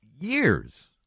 years